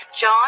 John